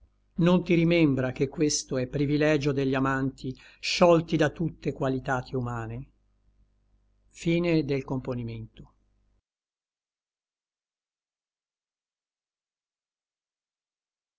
non ti rimembra che questo è privilegio degli amanti sciolti da tutte qualitati humane